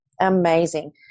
Amazing